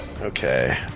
okay